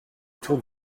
tour